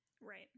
Right